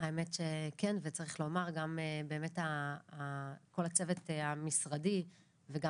האמת שכן וצריך לומר גם באמת כל הצוות המשרדי וגם